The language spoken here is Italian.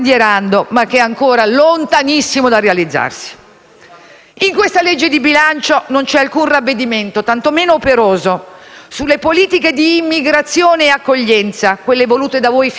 In questa legge di bilancio non c'è alcun ravvedimento, tanto meno operoso, sulle politiche di immigrazione ed accoglienza, quelle volute da voi finora. Anzi, aggiungete risorse